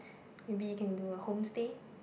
maybe you can do a home stay